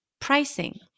pricing